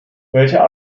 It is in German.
welcher